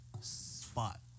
spot